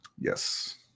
Yes